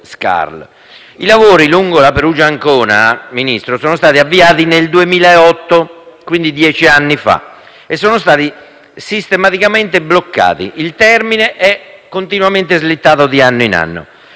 i lavori lungo la Perugia-Ancona, Ministro, sono stati avviati nel 2008, quindi dieci anni fa, e sono stati sistematicamente bloccati e il termine degli stessi è slittato di anno in anno.